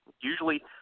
usually –